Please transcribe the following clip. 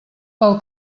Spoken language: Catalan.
pel